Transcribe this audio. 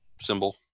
symbol